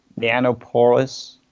nanoporous